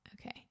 Okay